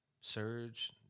Surge